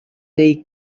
dei